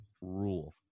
rule